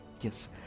Yes